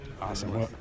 Awesome